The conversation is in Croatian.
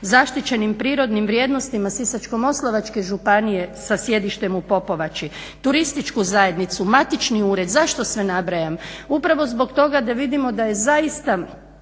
zaštićenim prirodnim vrijednostima Sisačko-moslavačke županije sa sjedištem u Popovači, turističku zajednicu, matični ured. Zašto sve nabrajam? Upravo zbog toga da vidimo da je zaista